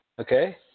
Okay